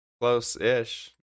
close-ish